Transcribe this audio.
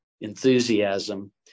enthusiasm